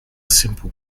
simple